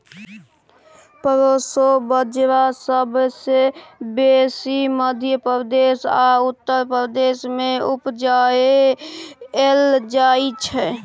proso बजरा सबसँ बेसी मध्य प्रदेश आ उत्तर प्रदेश मे उपजाएल जाइ छै